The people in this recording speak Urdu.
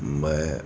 میں